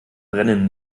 brennen